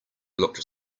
looked